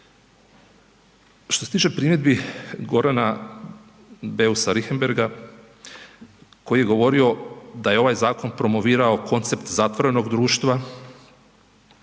Što se tiče primjedbi Gorana Beusa Richembergha koji je govorio da je ovaj zakon promovirao koncept zatvorenoga društva,